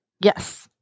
Yes